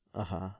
(uh huh)